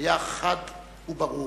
היה חד וברור: